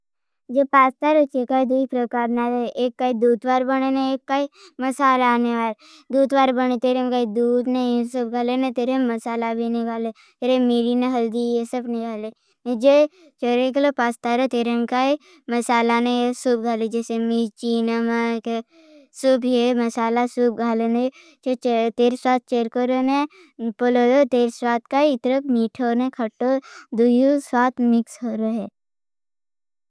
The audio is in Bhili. पास्ता रोचे काई दूई प्रकार ना दे। एक काई दूटवार बने ने। एक काई मसाला आने वार। दूटवार बने तेरें काई दूट ने ये सब घाले ने। तेरें मसाला भी ने घाले, तेरें मीरी ने हलदी ये सब ने घाले। पास्ता रोचे काई दूटवार बने तेरें काई दूटवार बने ने। एक काई दूटवार भी ने घाले। तेरें मीरी ने हलदी ये सब घाले।